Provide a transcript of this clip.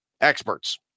experts